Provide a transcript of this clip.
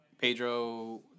Pedro